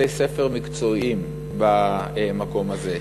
בתי-ספר מקצועיים במקום הזה.